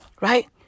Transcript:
Right